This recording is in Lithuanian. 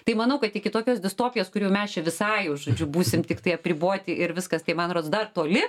tai manau kad iki tokios distopijos kur jau mes čia visai jau žodžiu būsim tiktai apriboti ir viskas taip man rods dar toli